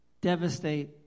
devastate